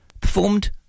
performed